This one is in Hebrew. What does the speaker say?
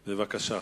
בבקשה.